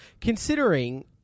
Considering